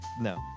No